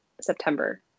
September